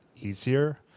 easier